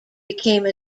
became